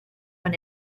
when